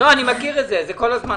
פה